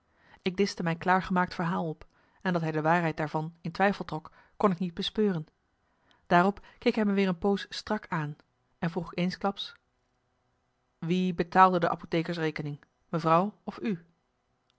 ik dischte mijn klaargemaakt verhaal op en dat hij de waarheid daarvan in twijfel trok kon ik niet bespeuren daarop keek hij me weer een poos strak aan en vroeg eensklaps wie betaalde de apothekers rekening mevrouw of u